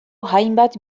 hainbat